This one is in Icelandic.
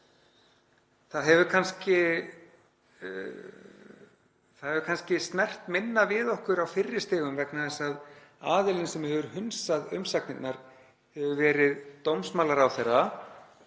Það hefur kannski snert minna við okkur á fyrri stigum vegna þess að aðilinn sem hefur hunsað umsagnirnar hefur verið dómsmálaráðherra,